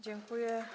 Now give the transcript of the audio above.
Dziękuję.